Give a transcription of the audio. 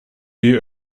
you